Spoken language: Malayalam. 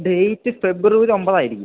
ഡേയ്റ്റ് ഫെബ്രുവരി ഒമ്പതായിരിക്കും